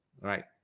right